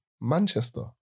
Manchester